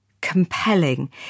compelling